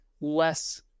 less